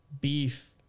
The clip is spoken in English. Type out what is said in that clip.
beef